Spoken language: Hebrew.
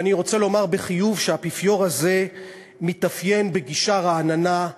ואני רוצה לומר בחיוב שהאפיפיור הזה מתאפיין בגישה רעננה,